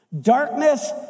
Darkness